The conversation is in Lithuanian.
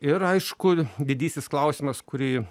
ir aišku didysis klausimas kurį